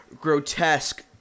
grotesque